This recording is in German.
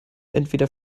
entweder